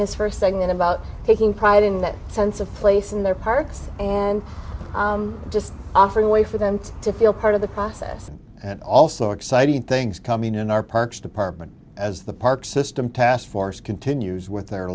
his first segment about taking pride in that sense of place in their parks and just offer a way for them to feel part of the process and also exciting things coming in our parks department as the park system taskforce continues with their